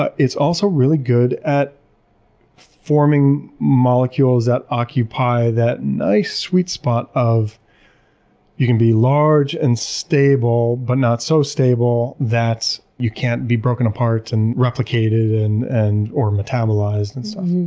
ah it's also really good at forming molecules that occupy that nice sweet spot of you can be large and stable but not so stable that you can't be broken apart and replicated and and or metabolized and stuff.